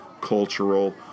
cultural